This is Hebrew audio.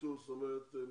זאת אומרת הם